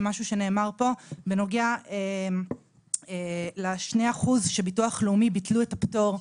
למשהו שנאמר פה בנוגע ל-2% שביטוח לאומי ביטלו את הפטור.